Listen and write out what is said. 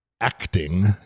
acting